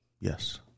Yes